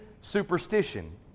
superstition